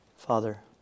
Father